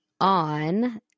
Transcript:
on